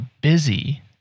busy